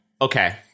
Okay